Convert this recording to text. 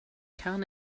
kan